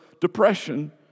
depression